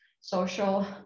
social